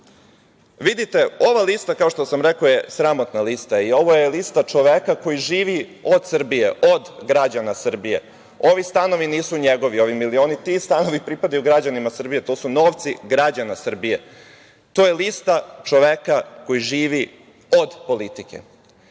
redu? Vidite, ova lista, kao što sam rekao je sramotna lista, i ovo je lista čoveka koji živi od Srbije, od građana Srbije. Ovi stanovi nisu njegovi, ovi milioni, ti stanovi pripadaju građanima Srbije, to su novci građana Srbije. To je lista čoveka koji živi od politike. Vidite,